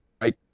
right